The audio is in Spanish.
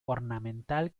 ornamental